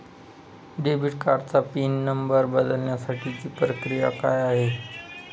Debit कार्डचा pin number बदलण्यासाठीची प्रक्रिया काय आहे?